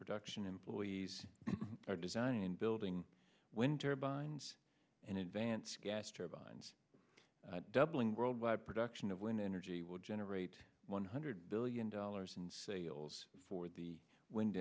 production employees are designing and building wind turbines in advance gas turbines doubling worldwide production of wind energy will generate one hundred billion dollars in sales for the wind